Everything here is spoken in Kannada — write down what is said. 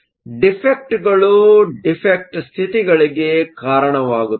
ಡಿಫೆಕ್ಟ್ಗಳು ಡಿಫೆಕ್ಟ್ ಸ್ಥಿತಿಗಳಿಗೆ ಕಾರಣವಾಗುತ್ತದೆ